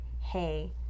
hey